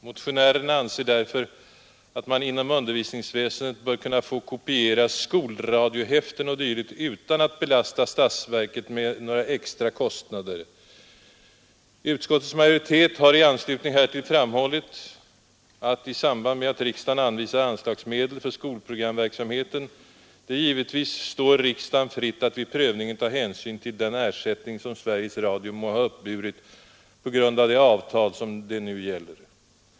Motionärerna anser därför att man inom undervisningsväsendet bör kunna få kopiera skolradiohäften utan att belasta statsverket med några extrakostnader. Utskottets majoritet har framhållit att i samband med att riksdagen anvisar anslagsmedel för skolprogramverksamheten det givetvis står riksdagen fritt att ta hänsyn till den ersättning som Sveriges Radio må ha uppburit på grund av det avtal som det nu gäller.